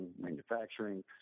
manufacturing